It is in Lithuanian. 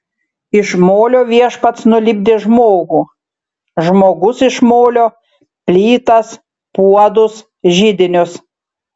iš molio viešpats nulipdė žmogų žmogus iš molio plytas puodus židinius